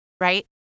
right